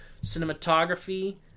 Cinematography